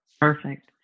Perfect